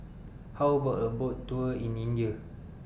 How about A Boat Tour in India